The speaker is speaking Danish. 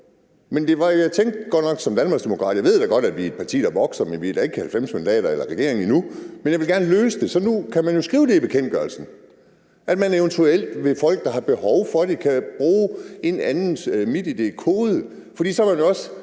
allerede i mål. Jeg tænkte godt nok som danmarksdemokrat – jeg ved da godt, at vi er et parti, der vokser, men vi har da ikke 90 mandater eller er i regering endnu – at jeg gerne vil løse det. Så nu kan man jo skrive i bekendtgørelsen, at man eventuelt kan tillade, at folk, der har behov for det, kan bruge en andens MitID-kode, for så er man jo